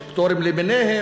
יש פטורים למיניהם.